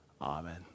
amen